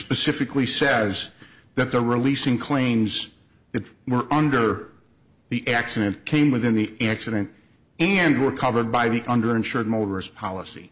specifically says that they are releasing claims that were under the accident came within the accident and were covered by the under insured motorists policy